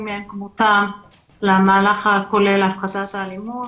מאין כמותם למהלך הכולל להפחתת אלימות